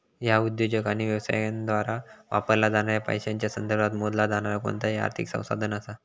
ह्या उद्योजक आणि व्यवसायांद्वारा वापरला जाणाऱ्या पैशांच्या संदर्भात मोजला जाणारा कोणताही आर्थिक संसाधन असा